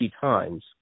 times